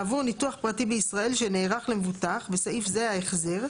בעבור ניתוח פרטי בישראל שנערך למבוטח (בסעיף זה - ההחזר),